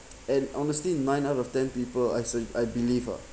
and honestly nine out of ten people I I believe uh